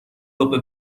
رابه